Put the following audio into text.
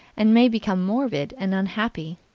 and may become morbid and unhappy,